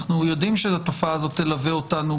אנחנו יודעים שהתופעה הזאת תלווה אותנו